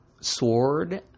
sword